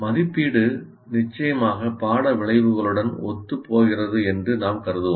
மதிப்பீடு நிச்சயமாக பாட விளைவுகளுடன் ஒத்துப்போகிறது என்று நாம் கருதுவோம்